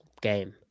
game